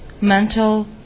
mental